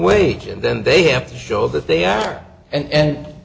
wage and then they have to show that they are and